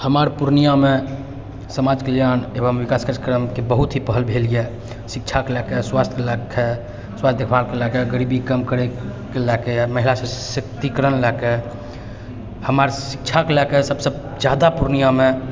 हमर पूर्णियामे समाज विकास एवम कल्याण कार्यक्रमके बहुत ही पहल भेल यऽ शिक्षाके लए कऽ स्वास्थ्यके लए कऽ गरीबी कम करैके लए कऽ या महिला सशक्तिकरणके लए कऽ हमर शिक्षाके लए कऽ सबसँ जादा पूर्णियामे